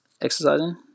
exercising